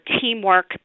teamwork